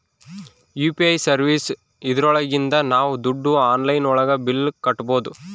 UPI services ಇದ್ರೊಳಗಿಂದ ನಾವ್ ದುಡ್ಡು ಆನ್ಲೈನ್ ಒಳಗ ಬಿಲ್ ಕಟ್ಬೋದೂ